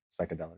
psychedelic